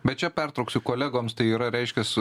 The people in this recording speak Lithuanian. bet čia pertrauksiu kolegoms tai yra reiškias